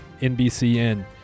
NBCN